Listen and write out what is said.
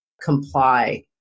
comply